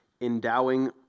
endowing